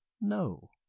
no